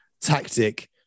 tactic